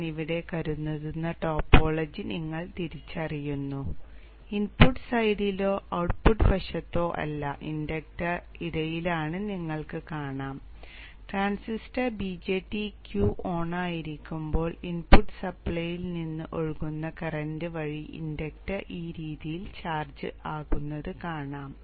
ഞാൻ ഇവിടെ കരുതുന്ന ടോപ്പോളജി നിങ്ങൾ തിരിച്ചറിയുന്നു ഇൻപുട്ട് സൈഡിലോ ഔട്ട്പുട്ട് വശത്തോ അല്ല ഇൻഡക്റ്റർ ഇടയിലാണെന്ന് നിങ്ങൾക്ക് കാണാം ട്രാൻസിസ്റ്റർ BJT Q ഓൺ ആയിരിക്കുമ്പോൾ ഇൻപുട്ട് സപ്ലൈയിൽ നിന്ന് ഒഴുകുന്ന കറന്റ് വഴി ഇൻഡക്ടർ ഈ രീതിയിൽ ചാർജ്ജ് ആകുന്നത് കാണാം